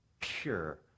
pure